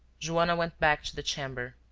joanna went back to the chamber.